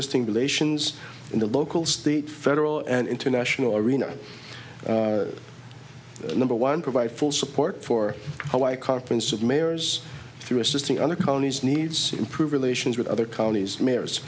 existing relations in the local state federal and international arena number one provide full support for our conference of mayors through assisting other counties needs improve relations with other counties mayors